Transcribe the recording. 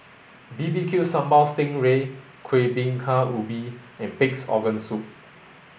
B B Q Sambal Sting Ray Kuih Bingka Ubi and pig's organ soup